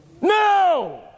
No